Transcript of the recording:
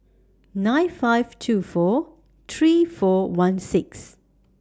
nine five two four three four one six